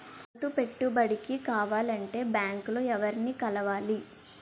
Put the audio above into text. రైతు పెట్టుబడికి కావాలంటే బ్యాంక్ లో ఎవరిని కలవాలి?